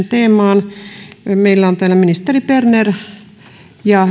teemaan meillä on täällä ministeri berner ja